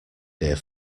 dear